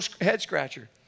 head-scratcher